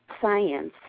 Science